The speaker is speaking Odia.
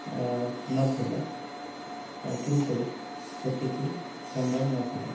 ଆ ନଥିଲା ଓ କିନ୍ତୁ ସେତିକି ସମ୍ବଳ ନଥିଲା